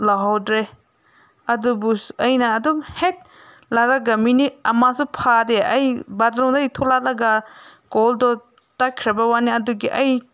ꯂꯧꯍꯧꯗ꯭ꯔꯦ ꯑꯗꯨꯕꯨ ꯑꯩꯅ ꯑꯗꯨꯝ ꯍꯦꯛ ꯂꯥꯛꯂꯒ ꯃꯤꯅꯤꯠ ꯑꯃꯁꯨ ꯐꯥꯗꯦ ꯑꯩ ꯕꯥꯠꯔꯨꯝꯗꯩ ꯊꯣꯂꯛꯂꯒ ꯀꯣꯜꯗꯣ ꯇꯠꯈ꯭ꯔꯕ ꯋꯥꯅꯦ ꯑꯗꯨꯒꯤ ꯑꯩ